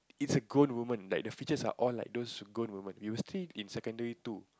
it's a grown woman like the features are all like those girl woman you'll see in secondary two